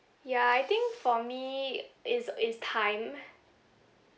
ya I think for me it's it's time